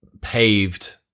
paved